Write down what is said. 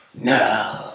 No